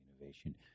innovation